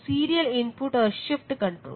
serial input और shift control